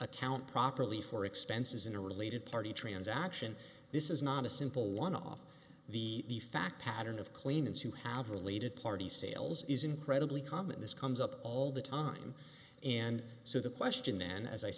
account properly for expenses in a related party transaction this is not a simple one off the the fact pattern of claimants who have related party sales is incredibly common this comes up all the time and so the question then as i